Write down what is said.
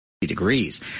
...degrees